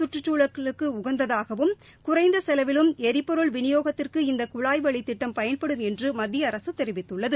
குற்றுச்சூழலுக்கு உகந்ததாகவும் குறைந்த செலவிலும் எரிபொருள் விநியோகத்திற்கு இந்த குழாய் வழி திட்டம் பயன்படும் என்று மத்திய அரசு தெரிவித்துள்ளது